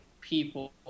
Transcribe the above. people